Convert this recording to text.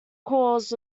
cause